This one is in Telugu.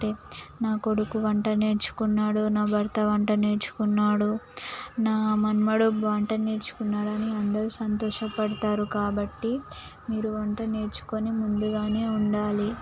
నా కొడుకు వంట నేర్చుకున్నాడు నా భర్త వంట నేర్చుకున్నాడు నా మనవడు వంట నేర్చుకున్నాడని అందరూ సంతోషపడతారు కాబట్టి మీరు వంట నేర్చుకొని ముందుగానే ఉండాలి